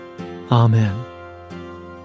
amen